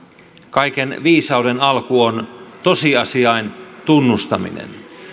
kaiken viisauden alku on tosiasiain tunnustaminen